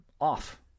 off